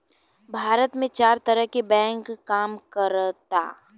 भारत में चार तरह के बैंक काम करऽता